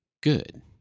good